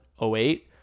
08